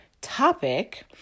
topic